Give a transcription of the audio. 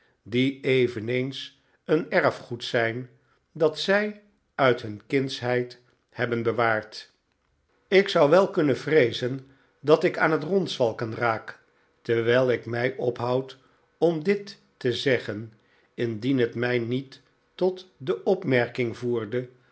die eveneens een erfgoed zijn dat zij uit hun kindsheid hebben bewaard ik zou wel kunnen vreezen dat ik aan het rondzwalken raak terwijl ik mij ophoud om dit te zeggen indien het mij niet tot de opmerking voerde